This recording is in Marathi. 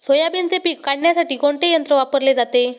सोयाबीनचे पीक काढण्यासाठी कोणते यंत्र वापरले जाते?